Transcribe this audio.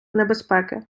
небезпеки